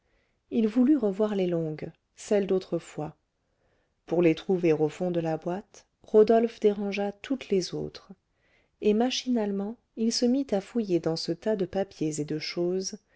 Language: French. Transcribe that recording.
il voulut revoir les longues celles d'autrefois pour les trouver au fond de la boîte rodolphe dérangea toutes les autres et machinalement il se mit à fouiller dans ce tas de papiers et de choses